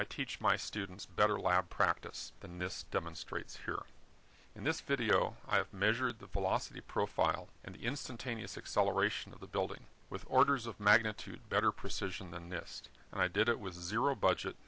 i teach my students better lab practice than this demonstrates here in this video i have measured the philosophy profile and the instantaneous acceleration of the building with orders of magnitude better precision than this and i did it was a zero budget